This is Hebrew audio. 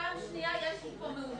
פעם שנייה, יש לי פה מאומתים.